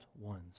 ones